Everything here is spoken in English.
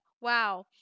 Wow